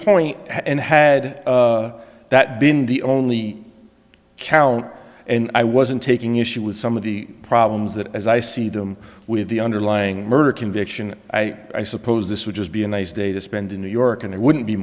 point and had that been the only count and i wasn't taking issue with some of the problems that as i see them with the underlying murder conviction i suppose this would just be a nice day to spend in new york and i wouldn't be